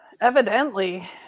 evidently